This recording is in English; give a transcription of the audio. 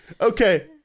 Okay